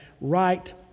right